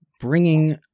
bringing